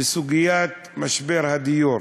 בסוגיית משבר הדיור,